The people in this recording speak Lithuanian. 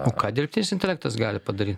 o ką dirbtinis intelektas gali padaryt